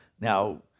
now